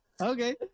okay